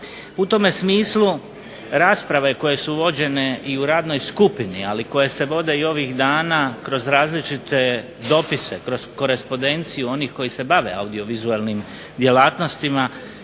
U tome smislu rasprave koje su vođene u radnoj skupini ali koje se vode ovih dana kroz različite propise, korespondenciju onih koji se bave audiovizualnim djelatnostima